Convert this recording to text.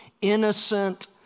innocent